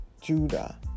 Judah